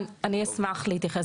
אני אשמח להתייחס.